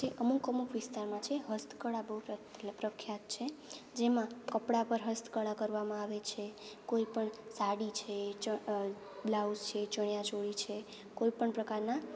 જે અમુક અમુક વિસ્તારમાં છે હસ્તકળા બહુ પ્રખ પ્રખ્યાત છે જેમાં કપડાં પર હસ્તકળા કરવામાં આવે છે કોઈપણ સાડી છે ચ બ્લાઉસ છે ચણિયાચોળી છે કોઈ પણ પ્રકારનાં